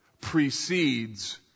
precedes